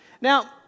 Now